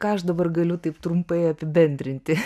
ką aš dabar galiu taip trumpai apibendrinti